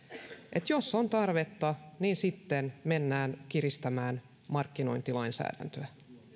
että jos on tarvetta niin sitten mennään kiristämään markkinointilainsäädäntöä